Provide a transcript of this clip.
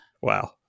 wow